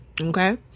okay